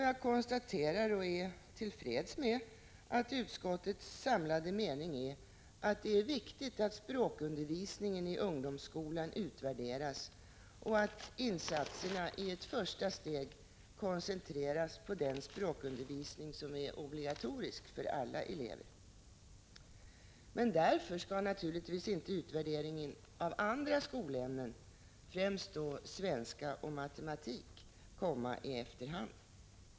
Jag konstaterar och är till freds med att utskottets samlade mening är att det är viktigt att språkundervisningen i ungdomsskolan utvärderas och att insatserna i ett första steg koncentreras på den språkundervisning som är obligatorisk för alla elever. Men därför skall naturligtvis inte utvärderingen av andra skolämnen, främst svenska och matematik, komma i efterhand.